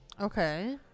Okay